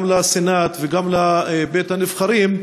גם לסנאט וגם לבית-הנבחרים,